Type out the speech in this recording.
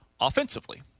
offensively